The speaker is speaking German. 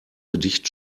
gedicht